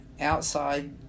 outside